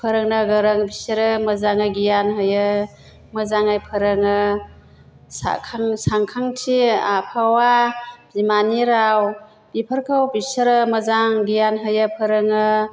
फोरोंनो गोरों बिसोरो मोजाङै गियान होयो मोजाङै फोरोङो सानखांथि आबहावा बिमानि राव बिफोरखौ बिसोरो मोजां गियान होयो फोरोङो